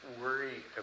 worry